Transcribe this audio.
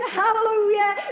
hallelujah